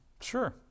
Sure